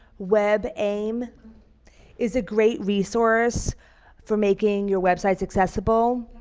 webaim is a great resource for making your websites accessible,